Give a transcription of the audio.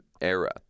era